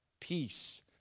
peace